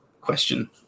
Question